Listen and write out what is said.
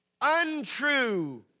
untrue